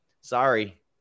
Sorry